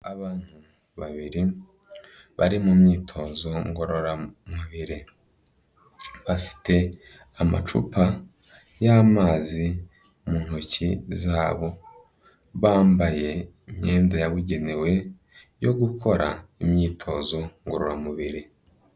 Abantu babiri bari mu myitozo ngororamubiri bafite amacupa y'amazi mu ntoki zabo, bambaye imyenda yabugenewe yo gukora imyitozo ngororamubiri.